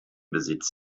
besitz